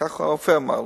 כך הרופא אמר לו.